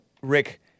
Rick